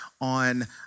on